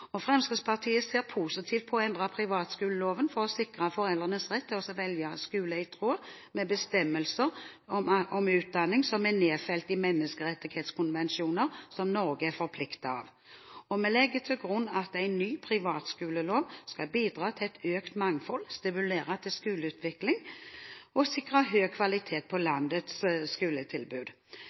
banen. Fremskrittspartiet ser positivt på å endre privatskoleloven for å sikre foreldrenes rett til å velge skole i tråd med bestemmelser om utdanning, noe som er nedfelt i menneskerettighetskonvensjoner som Norge er forpliktet av. Vi legger til grunn at en ny privatskolelov skal bidra til et økt mangfold, stimulere til skoleutvikling og sikre høy kvalitet på landets skoletilbud.